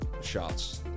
shots